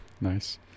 Nice